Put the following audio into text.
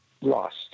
lost